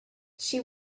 she